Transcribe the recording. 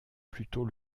plutôt